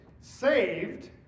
saved